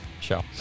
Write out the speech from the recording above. show